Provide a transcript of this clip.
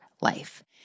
life